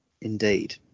Indeed